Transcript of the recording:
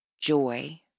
joy